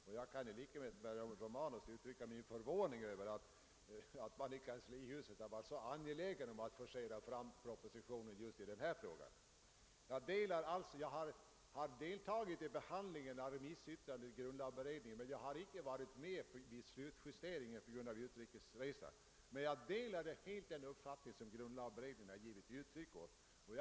I likhet med herr Romanus kan jag uttrycka min förvåning över att man i kanslihuset varit så angelägen om att forcera fram en proposition just beträffande den här frågan. Jag har deltagit vid behandlingen av remissyttrandet i grundlagberedningen men var icke närvarande vid slutjusteringen. Men jag delar den mening som grundlagberedningen givit uttryck åt.